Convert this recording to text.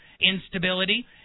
instability